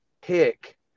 pick